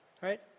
right